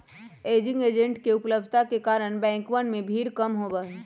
banking agents के उपलब्धता के कारण बैंकवन में भीड़ कम होबा हई